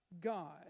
God